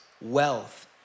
wealth